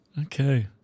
Okay